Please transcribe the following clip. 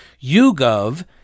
YouGov